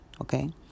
okay